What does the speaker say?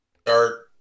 start